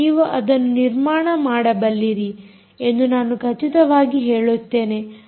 ನೀವು ಅದನ್ನು ನಿರ್ಮಾಣ ಮಾಡಬಲ್ಲಿರಿ ಎಂದು ನಾನು ಖಚಿತವಾಗಿ ಹೇಳುತ್ತೇನೆ